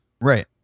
right